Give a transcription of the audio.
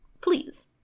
Please